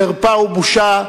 חרפה ובושה.